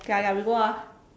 okay ah okay ah we go out ah